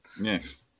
Yes